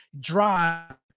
drive